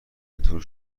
اینطور